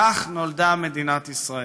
בספרו "כך נולדה מדינת ישראל".